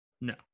No